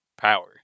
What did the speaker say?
power